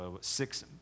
six